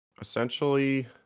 essentially